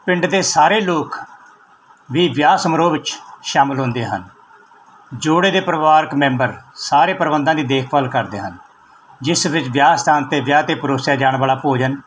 ਪਿੰਡ ਦੇ ਸਾਰੇ ਲੋਕ ਵੀ ਵਿਆਹ ਸਮਾਰੋਹ ਵਿੱਚ ਸ਼ਾਮਿਲ ਹੁੰਦੇ ਹਨ ਜੋੜੇ ਦੇ ਪਰਿਵਾਰਿਕ ਮੈਂਬਰ ਸਾਰੇ ਪ੍ਰਬੰਧਾਂ ਦੀ ਦੇਖਭਾਲ ਕਰਦੇ ਹਨ ਜਿਸ ਵਿੱਚ ਵਿਆਹ ਸਥਾਨ 'ਤੇ ਵਿਆਹ 'ਤੇ ਪਰੋਸਿਆ ਜਾਣ ਵਾਲਾ ਭੋਜਨ